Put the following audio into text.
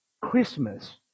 christmas